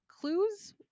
clues